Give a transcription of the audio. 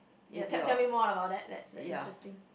ya tell tell me more about that that's (uh)interesting